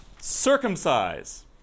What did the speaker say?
circumcise